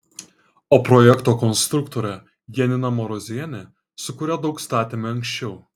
o projekto konstruktorė janina marozienė su kuria daug statėme anksčiau